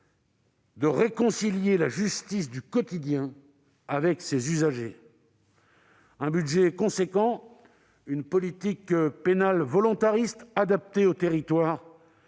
de réconcilier la justice du quotidien avec ses usagers. Un budget important, une politique pénale adaptée aux territoires,